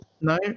No